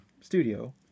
studio